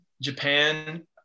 Japan